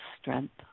strength